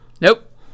Nope